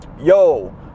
yo